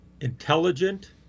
intelligent